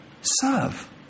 serve